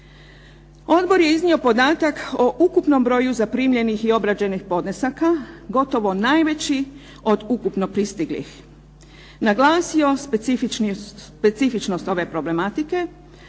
Odbor je iznio podatak o ukupnom broju zaprimljenih i obrađenih podnesaka gotovo najveći od ukupno pristiglih. Naglasio specifičnost ove problematike